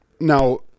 Now